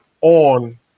on